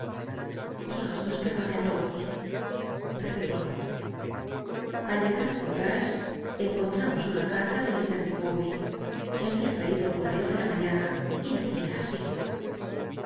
dios nos perdone í todos repitió al llegar al cottage encontramos una carla de ir llicawbcr que babia traído el corteo de la maihna y decia así